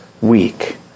week